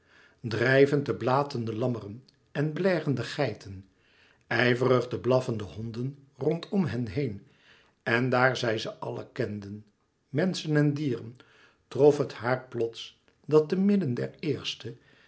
drijvend de blatende lammeren en blèrende geiten ijverig de blaffende honden rondom hen heen en daar zij ze allen kende menschen en dieren trof het haar plots dat te midden der